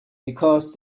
because